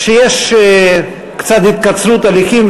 כשיש קצת התקצרות הליכים,